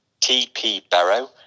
tpbarrow